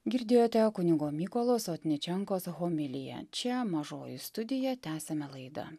girdėjote kunigo mykolo sotničenkos homiliją čia mažoji studija tęsiame laidą